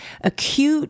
acute